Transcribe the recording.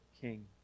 king